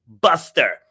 buster